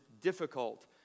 difficult